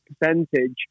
percentage